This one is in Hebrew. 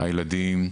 הילדים,